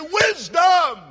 wisdom